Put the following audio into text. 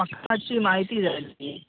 म्हाका मात्शी म्हायती जाय आसली